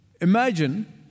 Imagine